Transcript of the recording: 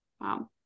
Wow